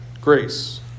grace